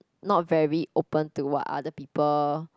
not very open to what other people